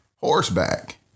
horseback